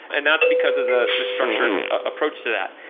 and that's because of the the structured approach to that.